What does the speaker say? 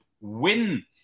win